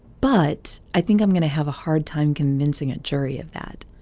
but i think i'm going to have a hard time convincing a jury of that.